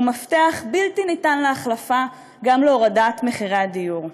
הוא מפתח בלתי ניתן להחלפה להורדת מחירי הדיור.